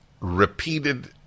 repeated